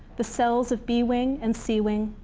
the cells of b wing and c wing,